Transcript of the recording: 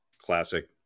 Classic